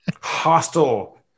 hostile